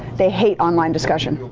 they hate online discussion.